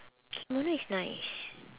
kimono is nice